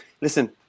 listen